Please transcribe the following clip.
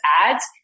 ads